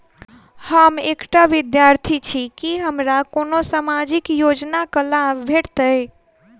हम एकटा विद्यार्थी छी, की हमरा कोनो सामाजिक योजनाक लाभ भेटतय?